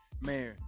man